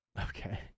Okay